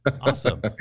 Awesome